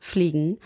Fliegen